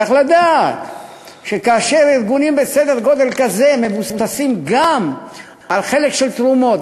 צריך לדעת שכאשר ארגונים בסדר-גודל כזה מבוססים גם על חלק של תרומות,